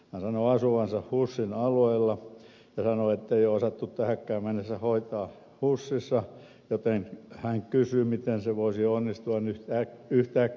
hän sanoo asuvansa husin alueella ja sanoo ettei ole osattu tähänkään mennessä hoitaa husissa joten hän kysyy miten se voisi onnistua yhtäkkiä